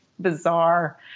bizarre